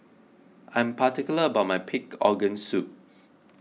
I'm particular about my Pig Organ Soup